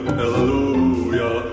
hallelujah